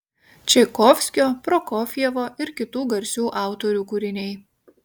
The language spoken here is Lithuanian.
čaikovskio prokofjevo ir kitų garsių autorių kūriniai